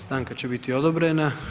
Stanka će biti odobrena.